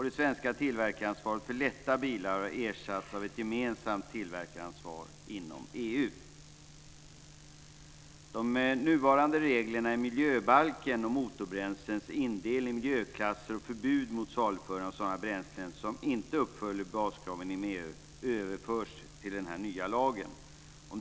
Det svenska tillverkaransvaret för lätta bilar har ersatts av ett gemensamt tillverkaransvar inom EU. De nuvarande reglerna i miljöbalken om motorbränslens indelning i miljöklasser och förbud mot saluförande av sådana bränslen som inte uppfyller baskraven inom EU överförs till den här nya lagen.